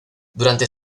durante